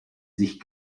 sich